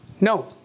No